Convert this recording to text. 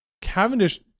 Cavendish